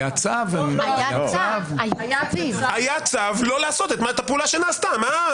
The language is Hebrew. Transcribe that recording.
היה צו --- היה צו לא לעשות את הפעולה שנעשתה.